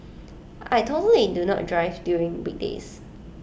I totally do not drive during weekdays